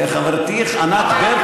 חברתי ענת ברקו,